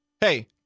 Hey